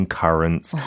currents